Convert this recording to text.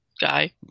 guy